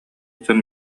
дьон